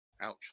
Ouch